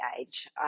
age